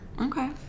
Okay